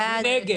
מי נגד,